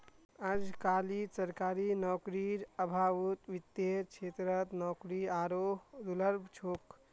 अजकालित सरकारी नौकरीर अभाउत वित्तेर क्षेत्रत नौकरी आरोह दुर्लभ छोक